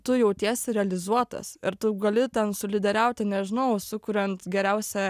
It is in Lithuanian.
tu jautiesi realizuotas ir tu gali ten su lyderiauti nežinau sukuriant geriausią